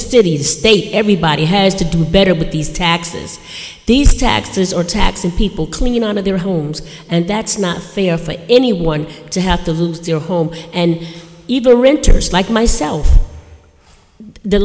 city the state everybody has to do better with these taxes these taxes or taxing people cleaning out of their homes and that's not fair for anyone to have to lose their home and evil renters like myself the